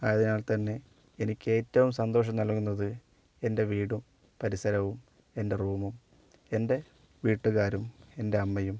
അതിനാൽ തന്നെ എനിക്ക് ഏറ്റവും സന്തോഷം നൽകുന്നത് എൻ്റെ വീടും പരിസരവും എൻ്റെ റൂമും എൻ്റെ വീട്ടുകാരും എൻ്റെ അമ്മയും